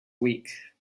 week